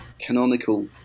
canonical